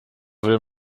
will